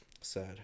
Sad